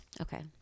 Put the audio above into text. Okay